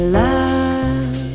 love